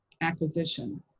acquisition